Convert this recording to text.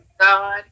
god